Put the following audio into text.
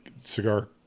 cigar